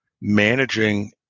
managing